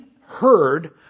heard